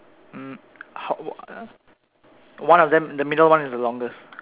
mm how one of them the middle one is the longest